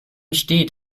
steht